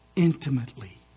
Intimately